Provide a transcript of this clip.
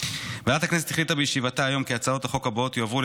ועדת הכנסת החליטה בישיבתה היום כי הצעות החוק הבאות יועברו